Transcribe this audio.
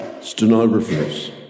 stenographers